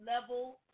Level